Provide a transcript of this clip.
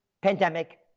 pandemic